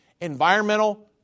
environmental